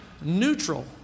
neutral